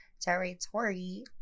territory